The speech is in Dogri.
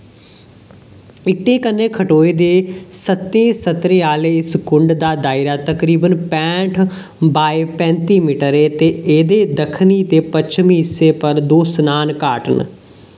इट्टें कन्नै खटोए दे स'त्तें स्तरें आह्ले इस कुंड दा दायरा तकरीबन पैंह्ठ बाय पैंत्ती मीटर ऐ ते एह्दे दक्खनी ते पच्छमी हिस्सें पर दो स्नान घाट न